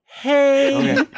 hey